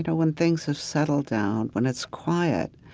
and when things have settled down, when it's quiet,